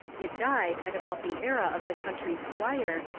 it died at about the era of the country squire,